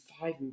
five